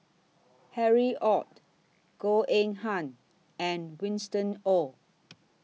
Harry ORD Goh Eng Han and Winston Oh